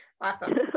Awesome